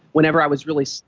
whenever i was really sick,